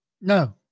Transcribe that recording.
No